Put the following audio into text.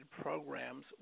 programs